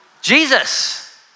Jesus